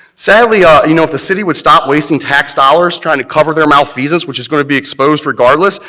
sadly, ah you know, if the city would stop wasting tax dollars trying to cover their malfeasance, which is going to be exposed regardless,